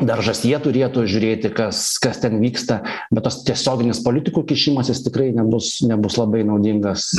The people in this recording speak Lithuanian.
daržas jie turėtų žiūrėti kas kas ten vyksta bet tas tiesioginis politikų kišimasis tikrai nebus nebus labai naudingas